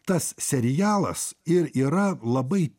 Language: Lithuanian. tas serialas ir yra labai